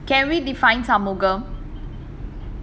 can we define உன்ன சுத்தி இருக்குறவங்க தான்:unna suthi irukuravanga thaan